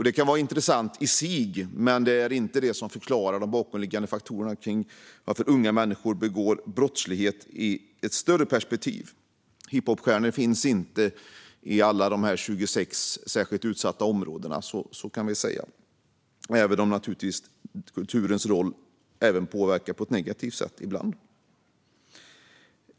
Det kan vara intressant i sig, men det är inte det som utgör de bakomliggande faktorerna till att unga människor begår brott i ett större perspektiv. Hiphopstjärnor finns inte i alla de här 26 särskilt utsatta områdena - så kan vi säga - även om kulturen naturligtvis också påverkar på ett negativt sätt ibland.